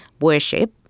Worship